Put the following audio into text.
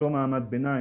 לאותו מעמד ביניים,